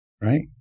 Right